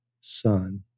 son